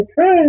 Okay